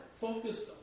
focused